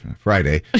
Friday